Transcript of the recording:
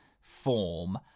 form